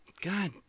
God